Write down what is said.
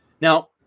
Now